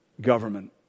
government